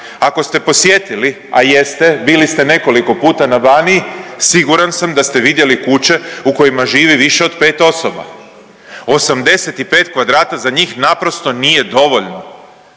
ako ste posjetili, a jeste bili ste nekoliko puta na Baniji siguran sam da ste vidjeli kuće u kojima živi više od 5 osoba. 85 kvadrata za njih naprosto nije dovoljno,